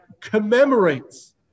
commemorates